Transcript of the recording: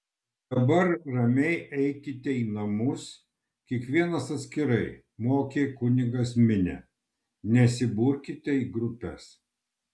o dabar ramiai eikite į namus kiekvienas atskirai mokė kunigas minią nesiburkite į grupes